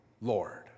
Lord